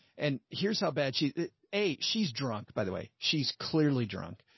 and here's how bad, she's eight. she's drunk, by the way. she's clearly drunk.